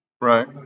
Right